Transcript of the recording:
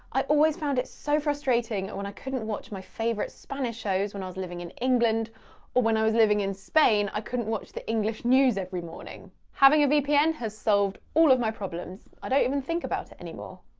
i always found it so frustrating when i couldn't watch my favourite spanish shows when i was living in england, or when i was living in spain i couldn't watch the english news every morning. having a vpn has solved all of my problems. i don't even think about it anymore.